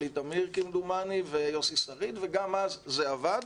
יולי תמיר כמדומני ויוסי שריד וגם אז זה עבד,